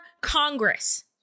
Congress